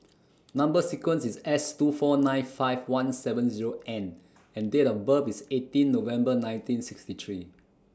Number sequence IS S two four nine five one seven Zero N and Date of birth IS eighteen November nineteen sixty three